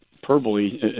hyperbole